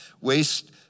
waste